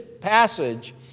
passage